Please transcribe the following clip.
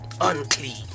Unclean